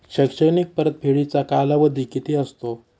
शैक्षणिक परतफेडीचा कालावधी किती असतो?